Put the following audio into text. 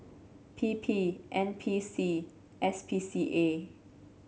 P P N P C S P C A